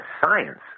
science